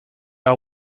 our